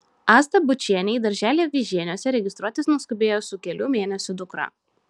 asta bučienė į darželį avižieniuose registruotis nuskubėjo su kelių mėnesių dukra